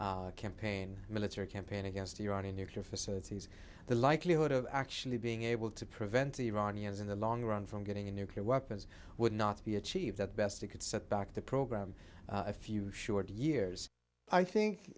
american campaign military campaign against iranian nuclear facilities the likelihood of actually being able to prevent the iranians in the long run from getting a nuclear weapons would not be achieved at best it could set back the program a few short years i think